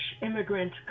immigrant